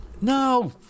No